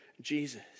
Jesus